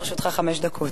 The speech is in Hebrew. לרשותך חמש דקות.